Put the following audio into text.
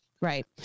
Right